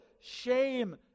shame